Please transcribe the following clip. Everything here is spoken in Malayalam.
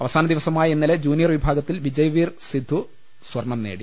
അവസാന ദിവസമായ ഇന്നലെ ജൂനിയർ വിഭാ ഗത്തിൽ വിജയ്വീർ സിധു സ്വർണം നേടി